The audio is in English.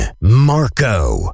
Marco